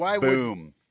Boom